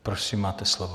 Prosím, máte slovo.